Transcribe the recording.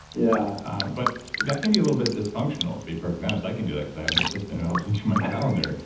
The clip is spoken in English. yeah but that can be a little bit dysfunctional to be perfectly honest. i can do that because i have an assistant who helps me do my calendar.